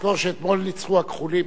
תזכור שאתמול ניצחו הכחולים.